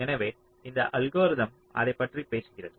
எனவே இந்த அல்கோரிதம் அதைப்பற்றி பேசுகிறது